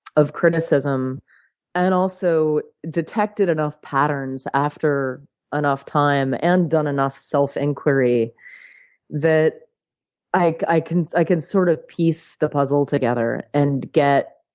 of criticism and also detected enough patterns after enough time and done enough self-inquiry that i can i can sort of piece the puzzle together and get,